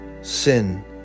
Sin